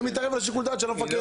אני לא מתערב בשיקול הדעת של המפקד.